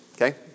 okay